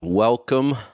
Welcome